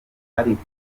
ariko